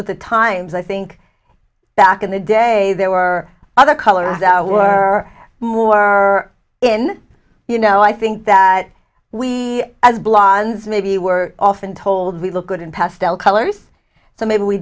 with the times i think back in the day there were other colors were more in you know i think that we as blondes maybe were often told we look good in pastel colors so maybe we